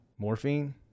Morphine